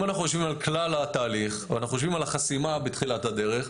אם אנחנו יושבים על כלל התהליך ואנחנו יושבים על החסימה בתחילת הדרך,